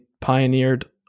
pioneered